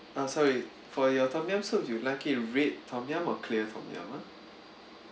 uh sorry for your tom yum soup you like it red tom yum or clear tom yum ah